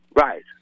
Right